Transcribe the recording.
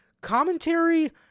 commentary